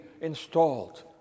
installed